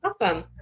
Awesome